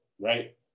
right